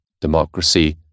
democracy